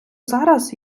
зараз